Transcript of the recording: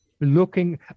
looking